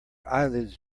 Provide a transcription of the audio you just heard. eyelids